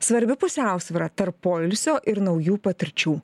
svarbi pusiausvyra tarp poilsio ir naujų patirčių